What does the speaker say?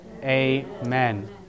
Amen